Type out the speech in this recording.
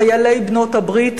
חיילי בעלות-הברית,